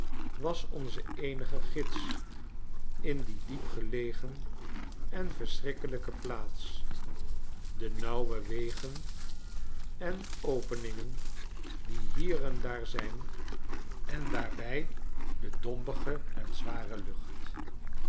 was onze eenige gids in die diepgelegen en verschrikkelijke plaats de nauwe wegen en openingen die hier en daar zijn en daarbij de dompige en zware lucht